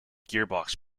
gearbox